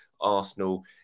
Arsenal